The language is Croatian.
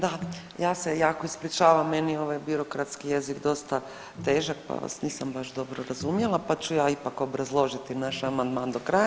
Da, ja se jako ispričavam meni je ovaj birokratski jezik dosta težak pa vas nisam baš dobro razumjela pa ću ja ipak obrazložiti naš amandman do kraja.